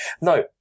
No